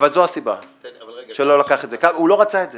זו הסיבה שהוא לא לקח את זה, הוא לא רצה את זה.